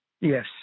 Yes